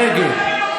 נגד.